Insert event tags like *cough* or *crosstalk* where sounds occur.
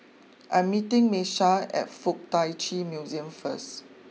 *noise* I'm meeting Miesha at Fuk Tak Chi Museum first